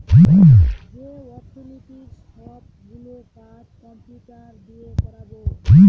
যে অর্থনীতির সব গুলো কাজ কম্পিউটার দিয়ে করাবো